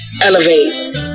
elevate